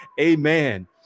Amen